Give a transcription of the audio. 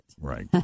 Right